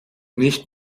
nicht